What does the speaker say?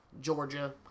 Georgia